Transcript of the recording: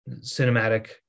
cinematic